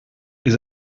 ihr